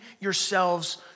yourselves